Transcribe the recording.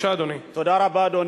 להצעה הבאה על